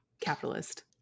capitalist